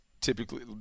typically